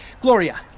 Gloria